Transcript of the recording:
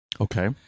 Okay